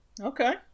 Okay